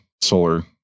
solar